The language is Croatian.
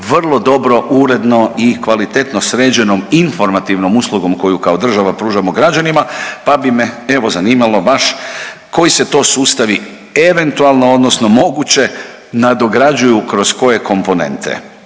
vrlo dobro, uredno i kvalitetno sređenom informativnom uslugom koju kao država pružamo građanima pa bi me evo zanimalo baš koji se to sustavi eventualno odnosno moguće nadograđuju kroz koje komponente